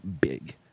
big